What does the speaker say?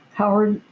howard